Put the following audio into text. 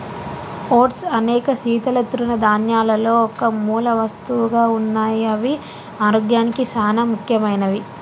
oats అనేక శీతల తృణధాన్యాలలో ఒక మూలవస్తువుగా ఉన్నాయి అవి ఆరోగ్యానికి సానా ముఖ్యమైనవి